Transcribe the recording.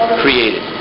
created